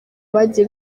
bagiye